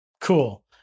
Cool